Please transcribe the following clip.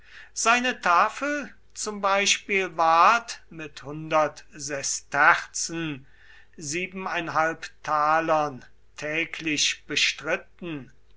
seine tafel zum beispiel ward mit sesterzen täglich bestritten